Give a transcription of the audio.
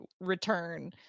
return